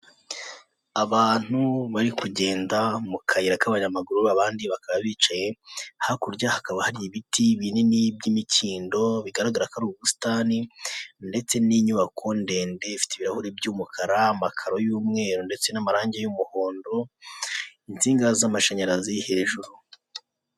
Abantu bari kugenda mu kayira k'abanyamaguru abandi bakaba bicaye, hakurya hakaba hari ibiti binini by'imikindo bigaragara ko ari ubusitani, ndetse n'inyubako ndende ifite ibirahuri by'umukara, amakaro y'umweru ndetse n'amarangi y'umuhondo, insinga z'amashanyarazi hejuru.